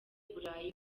burayi